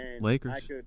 Lakers